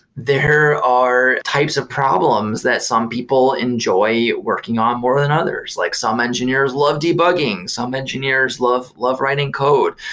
there are types of problems that some people enjoy working on more than others. like some engineers love debugging. some engineers love love writing code.